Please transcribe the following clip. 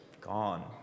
gone